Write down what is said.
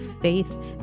faith